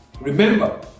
Remember